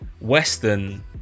western